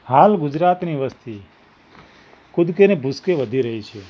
હાલ ગુજરાતની વસ્તી કૂદકે ને ભૂસકે વધી રહી છે